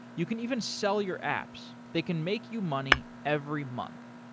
you can even sell your apps they can make you money every month.